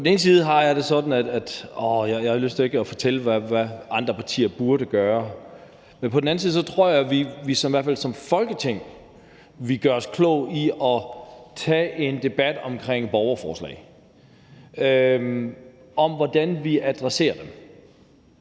På den ene side har jeg det sådan, at jeg ikke har lyst til at fortælle, hvad andre partier burde gøre. Men på den anden side tror jeg, at vi i hvert fald som Folketing ville gøre klogt i at tage en debat om borgerforslag og om, hvordan vi adresserer dem,